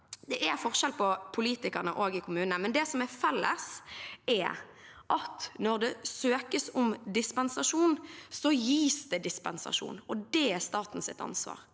Det er også forskjell på politikerne i kommunene, men det som er felles, er at når det søkes om dispensasjon, så gis det dispensasjon. Det er statens ansvar.